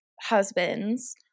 husbands